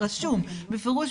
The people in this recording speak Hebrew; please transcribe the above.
זה רשום בפירוש,